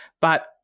But-